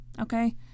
Okay